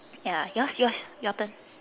ya yours yours your turn